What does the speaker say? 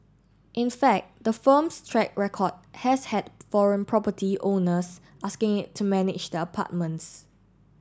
in fact the firm's track record has had foreign property owners asking it to manage their apartments